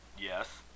Yes